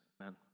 Amen